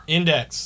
Index